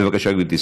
בבקשה, גברתי.